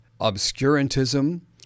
obscurantism